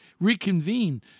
reconvene